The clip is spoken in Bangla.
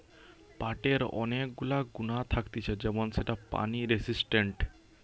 পাটের অনেক গুলা গুণা থাকতিছে যেমন সেটা পানি রেসিস্টেন্ট